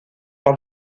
par